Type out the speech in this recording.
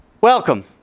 welcome